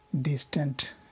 Distant